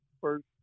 first